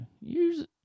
use